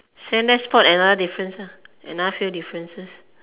let's spot another difference ah another few differences